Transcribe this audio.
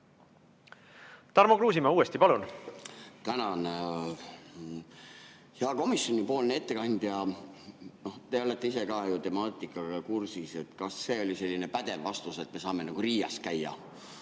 Tarmo Kruusimäe, uuesti, palun! Tänan! Hea komisjoni ettekandja! Te olete ise ka temaatikaga kursis. Kas see oli selline pädev vastus, et me saame Riias käia